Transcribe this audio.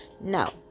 no